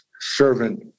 servant